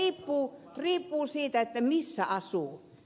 se riippuu siitä missä asuu